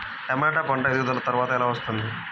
టమాట పంట ఎదుగుదల త్వరగా ఎలా వస్తుంది?